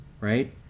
right